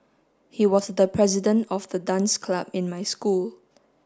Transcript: he was the president of the dance club in my school